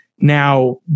Now